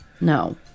no